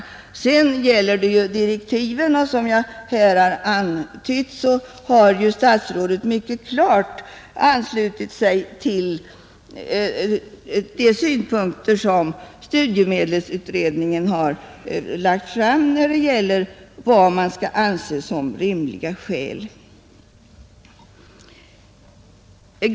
När det sedan gäller direktiven har, som jag här antytt, statsrådet mycket klart anslutit sig till de synpunkter som studiemedelsutredningen lagt fram i fråga om vad man skall anse som rimliga skäl.